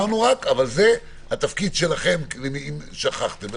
זה התפקיד שלכם, אם שכחתם.